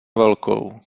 velkou